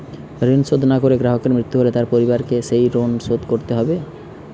ঋণ শোধ না করে গ্রাহকের মৃত্যু হলে তার পরিবারকে সেই ঋণ শোধ করতে হবে?